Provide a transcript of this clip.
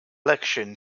election